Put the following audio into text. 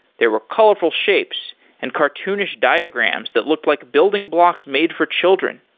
there were colorful shapes and cartoonish diagrams that looked like building blocks made for children.